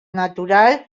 natural